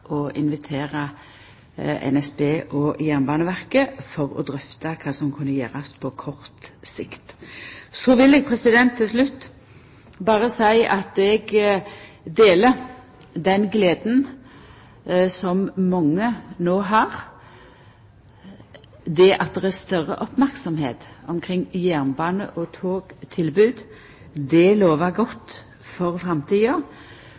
å invitera NSB og Jernbaneverket for å drøfta kva som kunne gjerast på kort sikt. Så vil eg til slutt seia at eg deler den gleda som mange no har. At det er større merksemd om jernbane og togtilbod, lovar godt for framtida.